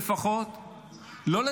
לי לפחות,